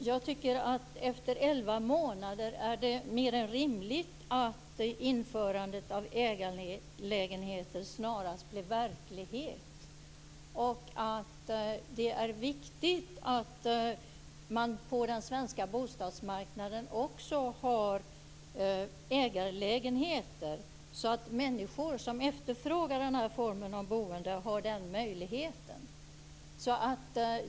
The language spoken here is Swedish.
Herr talman! Efter elva månader är det mer än rimligt, tycker jag, att införandet av ägarlägenheter snarast blir verklighet. Det är viktigt att man på den svenska bostadsmarknaden också har ägarlägenheter så att människor som efterfrågar den formen av boende har den möjligheten.